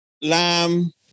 lamb